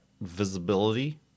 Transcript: visibility